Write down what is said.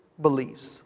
beliefs